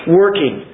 working